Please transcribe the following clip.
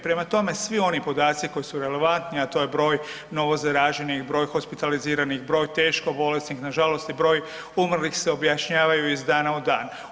Prema tome, svi oni podaci koji su relevantni, a to je broj novozaraženih, broj hospitaliziranih, broj teško bolesnih, nažalost i broj umrlih se objašnjavaju iz dana u dan.